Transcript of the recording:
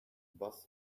bus